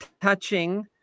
touching